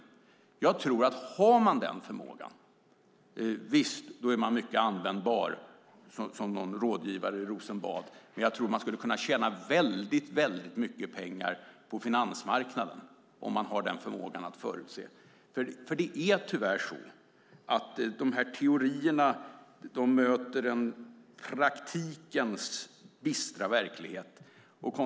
Om man har den förmågan är man mycket användbar som rådgivare i Rosenbad. Och jag tror att man skulle kunna tjäna väldigt mycket pengar på finansmarknaden om man har den förmågan att förutse. Det är tyvärr så att teorierna möter en praktikens bistra verklighet.